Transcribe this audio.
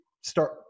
start